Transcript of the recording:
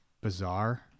bizarre